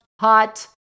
hot